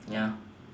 ya